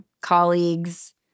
colleagues